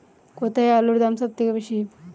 কোথায় আলুর দাম সবথেকে বেশি?